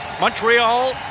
Montreal